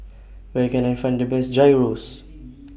Where Can I Find The Best Gyros